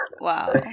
Wow